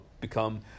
become